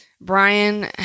Brian